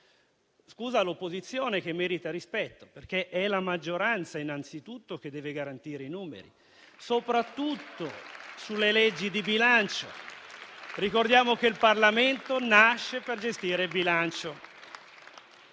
scusa all'opposizione, che merita rispetto, perché è la maggioranza innanzi tutto che deve garantire i numeri, soprattutto sulle leggi di bilancio (ricordiamo che il Parlamento nasce per gestire il bilancio),